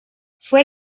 fue